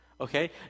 Okay